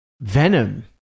Venom